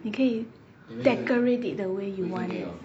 你可以 decorated it the way you it